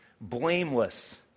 blameless